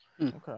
Okay